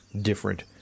different